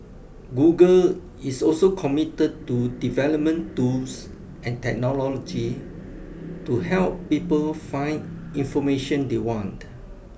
Google is also committed to development tools and technology to help people find information they want